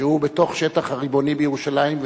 שהוא בתוך השטח הריבוני בירושלים.